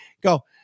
go